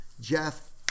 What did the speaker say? jeff